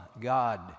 God